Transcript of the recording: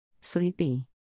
Sleepy